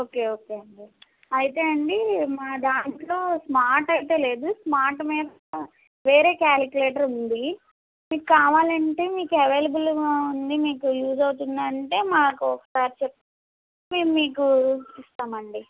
okay okay అండి అయితే అండి మా దాంట్లో స్మార్ట్ అయితే లేదు స్మార్ట్ మీద వేరే క్యాలికులేటర్ ఉంది మీకు కావాలంటే మీకు అవైలబుల్గా ఉంది మీకు యూజ్ అవుతుంది అంటే మాకు ఒకసారి చెప్పి మీకు ఇస్తాం అండి